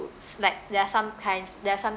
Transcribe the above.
like there are sometimes there are